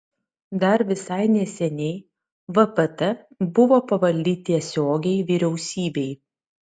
dar visai neseniai vpt buvo pavaldi tiesiogiai vyriausybei